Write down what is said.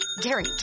Gary